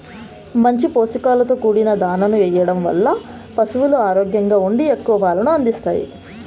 మంచి పోషకాలతో కూడిన దాణాను ఎయ్యడం వల్ల పసులు ఆరోగ్యంగా ఉండి ఎక్కువ పాలను అందిత్తాయి